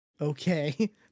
okay